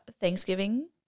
Thanksgiving